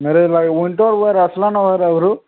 marriage ଲାଗି winter wear ଆସ୍ଲା ନ ଭାଏଲ୍ ଏଭ୍ରୁ